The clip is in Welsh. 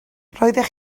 roeddech